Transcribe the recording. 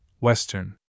Western